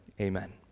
amen